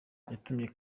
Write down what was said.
yatumye